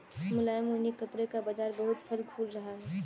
मुलायम ऊनी कपड़े का बाजार बहुत फल फूल रहा है